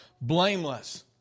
blameless